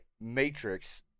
Matrix